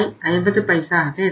5 ஆக இருக்கும்